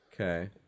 Okay